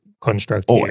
construct